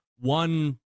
one